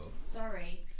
sorry